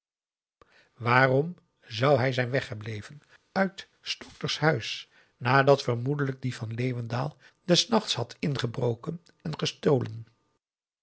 waarom zou hij zijn weggebleven uit s dokters huis nadat vermoedelijk die van leeuwendaal des nachts had ingebroken en gestolen